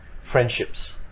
friendships